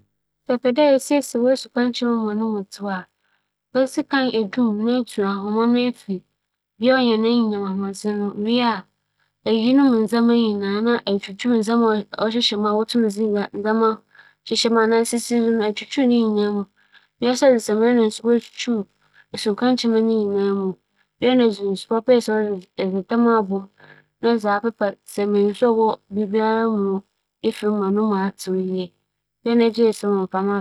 "Fridge" a yɛwͻ no wͻ fie no, sɛ no mu yɛ fi na mepepa mu a, dza meyɛ nye dɛ, midzi kan yiyi no mu ndzɛmba nyinara na mudum no si hͻma ͻnan ara wie. Na sɛ muwie no dɛm a, medze edur a ͻyɛ huam gu nsu mu na midzi kan twutwuw mu dza odzi kan, mesan twutwuw mu dza ͻtͻ do ebien na muwie a, mohohor mu na mepepa ho.